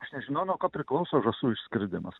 aš nežinau nuo ko priklauso žąsų išskridimas